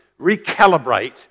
recalibrate